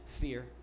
fear